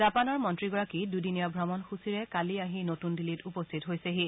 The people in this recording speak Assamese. জাপানৰ মন্ত্ৰীগৰাকী দুদিনীয়া ভ্ৰমণসূচীৰে কালি আহি নতুন দিল্লীত উপস্থিত হৈছেহি